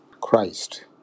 Christ